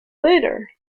later